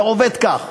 זה עובד כך.